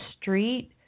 street